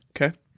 Okay